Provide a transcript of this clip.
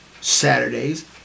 Saturdays